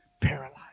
paralyzed